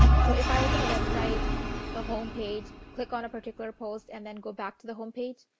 so, if i open a website the home page, click on a particular post and then go back to the home page,